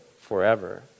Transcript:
forever